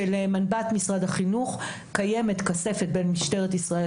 שלמנב"ט משרד החינוך קיימת כספת בין משטרת ישראל